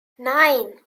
nein